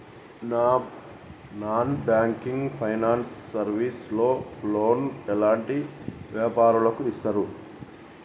Non banking finance service లో loan ఎలాంటి వ్యాపారులకు ఇస్తరు?